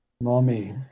Mommy